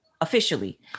Officially